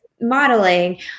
modeling